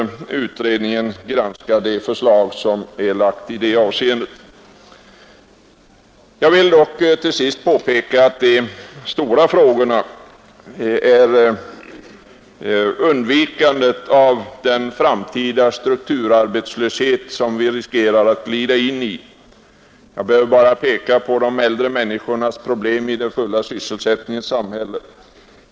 Utredningen bör därför granska de förslag som lagts fram härom. Jag vill till sist påpeka att den stora frågan är undvikande av den strukturarbetslöshet som vi riskerar att glida in i. Jag behöver bara peka på de äldre människornas problem i den fulla sysselsättningens samhälle.